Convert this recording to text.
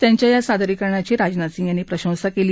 त्यांच्या या सादरीकरणाची राजनाथ सिंग यांनी प्रशंसा केली